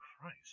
Christ